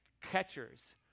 catchers